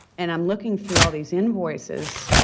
and i'm looking through all these invoices,